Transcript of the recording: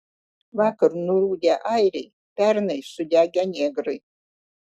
vakar nurudę airiai pernai sudegę negrai